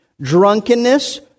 drunkenness